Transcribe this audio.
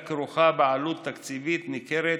הייתה כרוכה בעולת תקציבית ניכרת,